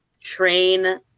train